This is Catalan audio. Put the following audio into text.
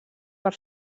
per